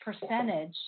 percentage